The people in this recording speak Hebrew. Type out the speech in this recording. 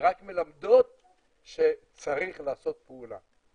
שרק מלמדות שצריך לעשות פעולה.